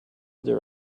there